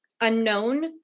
unknown